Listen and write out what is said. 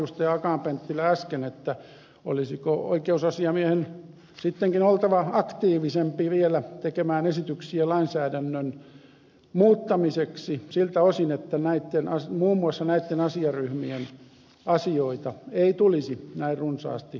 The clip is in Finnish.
akaan penttilä äsken että olisiko oikeusasiamiehen sittenkin oltava vielä aktiivisempi tekemään esityksiä lainsäädännön muuttamiseksi siltä osin että muun muassa näitten asiaryhmien asioita ei tulisi näin runsaasti kanteluina eteen